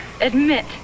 admit